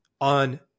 on